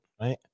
right